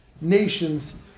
nations